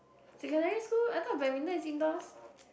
secondary school I thought badminton is indoors